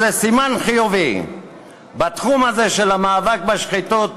איזה סימן חיובי בתחום הזה של המאבק בשחיתות